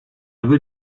veut